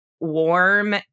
warm